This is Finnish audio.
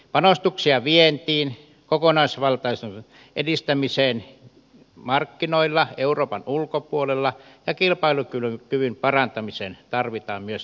panostuksia viennin kokonaisvaltaiseen edistämiseen markkinoilla euroopan ulkopuolella ja kilpailukyvyn parantamiseen tarvitaan myös jatkossa